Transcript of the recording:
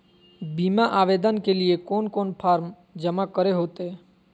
बीमा आवेदन के लिए कोन कोन फॉर्म जमा करें होते